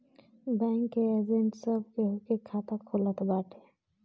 bank के agent सब केहू के खाता खोलत बाटे